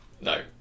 No